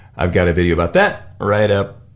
i've got a video about that right up